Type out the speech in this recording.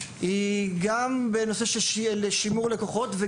בשימור לקוחות,